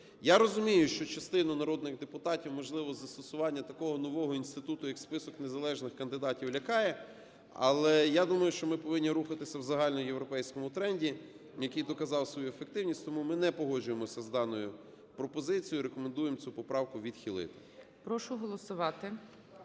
Я розумію, що частину народних депутатів, можливо, застосування такого нового інституту ,як список незалежних кандидатів, лякає, але я думаю, що ми повинні рухатися в загальноєвропейському тренді, який доказав свою ефективність. Тому ми не погоджуємося з даною пропозицією і рекомендуємо цю поправку відхилити.